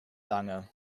lange